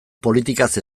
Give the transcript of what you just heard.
politikaz